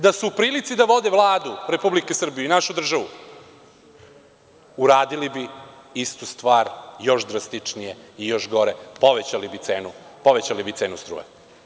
Da su u prilici da vode Vladu Republike Srbije i našu državu, uradili bi istu stvar još drastičnije i još gore, povećali bi cenu struje.